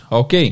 ok